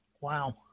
Wow